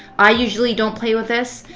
i usually don't play with this.